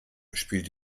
spielt